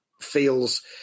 feels